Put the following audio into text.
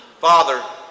father